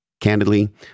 Candidly